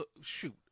Shoot